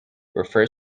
refer